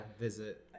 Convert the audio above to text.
visit